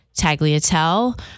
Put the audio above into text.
Tagliatelle